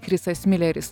chrisas mileris